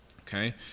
Okay